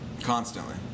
Constantly